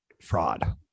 Fraud